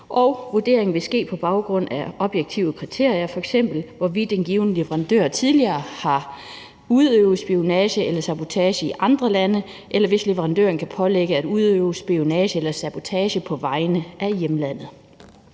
Vurderingen vil ske på baggrund af objektive kriterier, f.eks. hvorvidt en given leverandør tidligere har udøvet spionage eller sabotage i andre lande, eller hvis leverandøren kan pålægges at udøve spionage eller sabotage på vegne af hjemlandet.